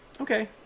Okay